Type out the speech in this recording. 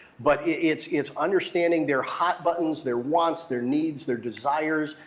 but it's it's understanding their hot buttons, their wants, their needs, their desires,